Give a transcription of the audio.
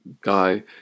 guy